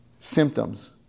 Symptoms